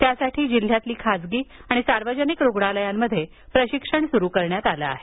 यसाठी जिल्ह्यातील खासगी आणि सार्वजनिक रुग्णालयात प्रशिक्षण सुरू करण्यात आलं आहे